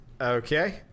Okay